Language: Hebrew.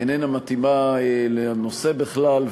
היא איננה מתאימה לנושא בכלל.